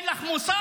אין לך מוסר.